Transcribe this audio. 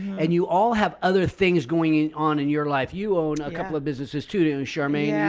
and you all have other things going on in your life? you own a couple of businesses to to insure me yeah,